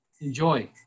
enjoy